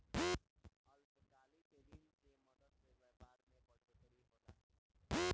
अल्पकालिक ऋण के मदद से व्यापार मे बढ़ोतरी होला